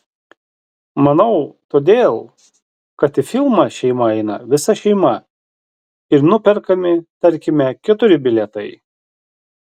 manau todėl kad į filmą šeimai eina visa šeima ir nuperkami tarkime keturi bilietai